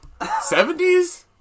70s